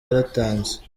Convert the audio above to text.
yaratanze